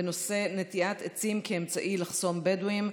בנושא: נטיעת עצים כאמצעי לחסום בדואים,